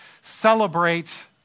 celebrate